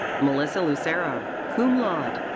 melissa lucero, cum laude.